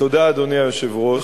אדוני היושב-ראש,